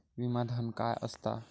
विमा धन काय असता?